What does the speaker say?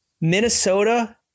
Minnesota